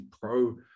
pro